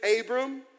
Abram